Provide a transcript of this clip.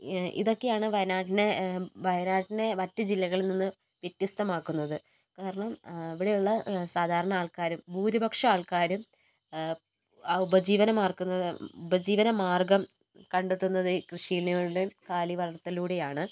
ഇതൊക്കെയാണ് വയനാടിനെ വയനാടിനെ മറ്റു ജില്ലകളിൽ നിന്ന് വ്യത്യസ്തമാക്കുന്നത് കാരണം ഇവിടെയുള്ള സാധാരണ ആൾക്കാരും ഭൂരിപക്ഷ ആൾക്കാരും ആ ഉപജീവനമാർഗ്ഗം ഉപജീവനമാർഗ്ഗം കണ്ടെത്തുന്നത് കൃഷിയിലൂടെയും കാലി വളർത്തലിലൂടെയുമാണ്